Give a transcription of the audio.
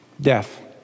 death